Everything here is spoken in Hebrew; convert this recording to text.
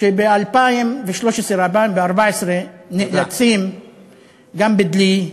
שב-2013 ו-2014 נאלצים, גם בדלי,